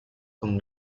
con